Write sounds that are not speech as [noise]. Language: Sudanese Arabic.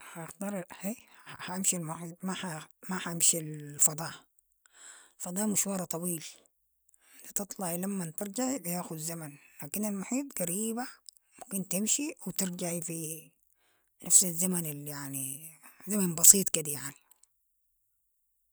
حاختار- حامشي- محل [hesitation] ما حامشي [hesitation] الفضاء، فضاء مشوارا طويل تطلعي لمن ترجعي بياخد زمن، لكن المحيط قريبة، ممكن تمشي و ترجعي في نفس الزمن اليعني زمن بسيط كدي يعني.